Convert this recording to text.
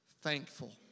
thankful